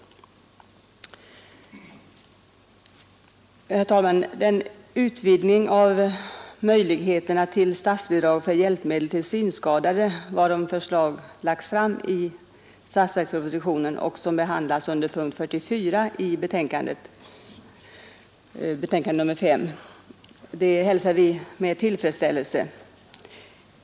Herr talman! Den utvidgning av möjligheterna till statsbidrag för hjälpmedel till synskadade varom förslag lagts fram i statsverkspropositionen och som behandlas under punkten 44 i socialutskottets betänkande nr 5 hälsar vi med tillfredsställelse.